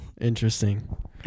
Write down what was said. interesting